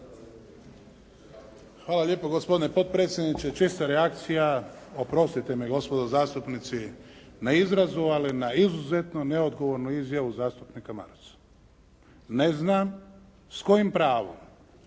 Hvala lijepa gospodine potpredsjedniče, čista reakcija, oprostite mi gospodo zastupnici na izrazu na izuzetno neodgovornu izjavu zastupnika Marasa. Ne znam s kojim pravom